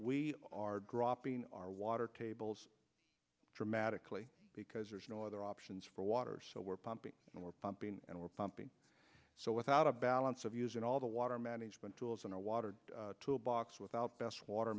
we are dropping our water tables dramatically because there's no other options for water so we're pumping and we're pumping and we're pumping so without a balance of using all the water management tools in our water toolbox without best water